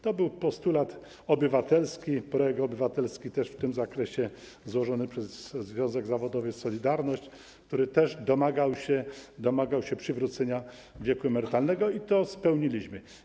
To był postulat obywatelski, był też projekt obywatelski w tym zakresie złożony przez związek zawodowy „Solidarność”, który także domagał się przywrócenia wieku emerytalnego, i to spełniliśmy.